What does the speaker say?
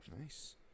Nice